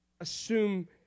Assume